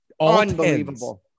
Unbelievable